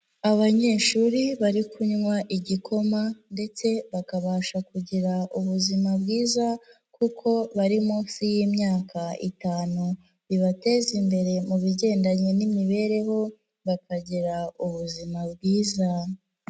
Abanyeshuri bari kunywa igikoma ndetse bakabasha kugira ubuzima bwiza, kuko bari munsi y'imyaka itanu, bibateza imbere mu bigendanye n'imibereho, bakagira ubuzima bwiza.